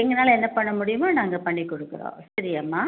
எங்களால என்ன பண்ண முடியுமோ நாங்கள் பண்ணி கொடுக்குறோம் சரியாமா